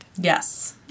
Yes